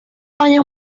años